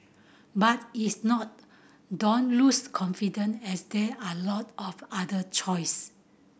but if not don't lose confidence as there are lot of other choice